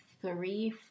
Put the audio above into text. three